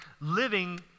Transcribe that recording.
living